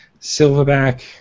Silverback